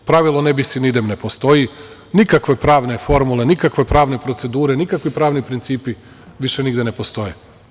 Pravilo ne bis in idem ne postoji, nikakve pravne formule, nikakve pravne procedure, nikakvi pravni principi više nigde ne postoje.